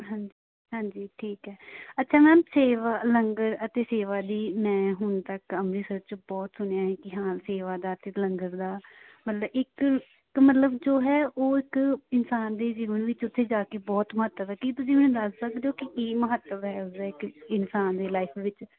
ਹਾਂਜੀ ਹਾਂਜੀ ਠੀਕ ਹੈ ਅੱਛਾ ਮੈਮ ਸੇਵਾ ਲੰਗਰ ਅਤੇ ਸੇਵਾ ਲਈ ਮੈਂ ਹੁਣ ਤੱਕ ਅੰਮ੍ਰਿਤਸਰ 'ਚ ਬਹੁਤ ਸੁਣਿਆ ਹੈ ਕਿ ਹਾਂ ਸੇਵਾ ਦਾ ਅਤੇ ਲੰਗਰ ਦਾ ਮਤਲਬ ਇੱਕ ਮਤਲਬ ਜੋ ਹੈ ਉਹ ਇੱਕ ਇਨਸਾਨ ਦੇ ਜੀਵਨ ਵਿੱਚ ਉੱਥੇ ਜਾ ਕੇ ਬਹੁਤ ਮਹੱਤਵ ਹੈ ਕੀ ਤੁਸੀਂ ਮੈਨੂੰ ਦੱਸ ਸਕਦੇ ਹੋ ਕਿ ਕੀ ਮਹੱਤਵ ਹੈ ਉਸਦਾ ਇੱਕ ਇਨਸਾਨ ਦੇ ਲਾਈਫ ਵਿੱਚ